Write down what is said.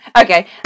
okay